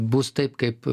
bus taip kaip